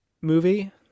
movie